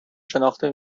شناخته